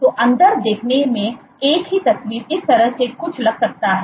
तो अंदर देखने में एक ही तस्वीर इस तरह से कुछ लग सकता है